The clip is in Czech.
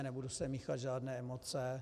Nebudu sem míchat žádné emoce.